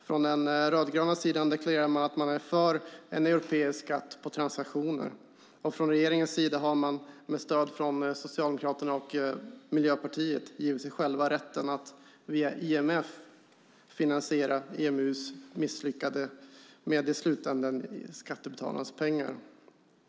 Från den rödgröna sidan deklarerar man att man är för en europeisk skatt på transaktioner. Och från regeringens sida har man, med stöd från Socialdemokraterna och Miljöpartiet, gett sig själv rätten att via IMF finansiera EMU:s misslyckande med, i slutändan, skattebetalarnas pengar.